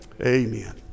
Amen